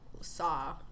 saw